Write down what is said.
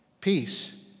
Peace